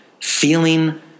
feeling